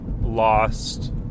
lost